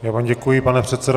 Já vám děkuji, pane předsedo.